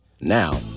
Now